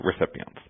recipients